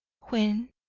when,